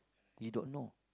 you don't know